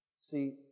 See